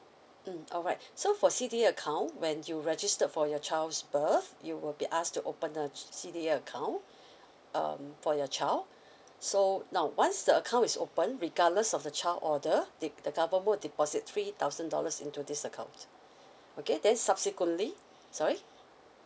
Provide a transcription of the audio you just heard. mm alright so for C_D_A account when you registered for your child's birth you will be ask to open a C_D_A account um for your child so now once the account is opened regardless of the child order the the government will deposit three thousand dollars into this account okay then subsequently sorry